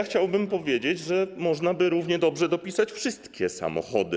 Chciałbym powiedzieć, że można by równie dobrze dopisać na przykład wszystkie samochody.